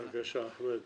בבקשה, אחמד.